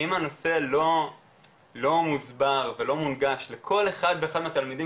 אם הנושא לא מוסבר ולא מונגש לכל אחד ואחד מהתלמידים